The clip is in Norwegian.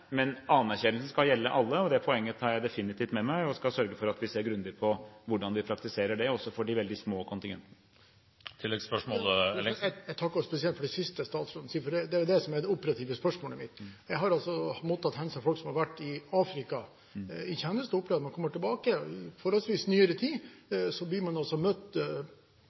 men anerkjennelsen skal gjelde alle. Det poenget tar jeg definitivt med meg og skal sørge for at vi ser grundig på hvordan vi praktiserer det også for de veldig små kontingentene. Jeg takker spesielt for det siste statsråden sa, for det er det operative i spørsmålet mitt. Jeg har mottatt henvendelser fra folk som har vært i Afrika i tjeneste, og som opplevde at da man kom tilbake – i forholdsvis nyere tid – ble man møtt